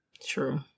True